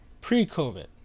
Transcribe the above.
pre-COVID